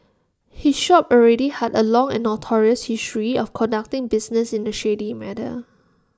his shop already had A long and notorious history of conducting business in A shady manner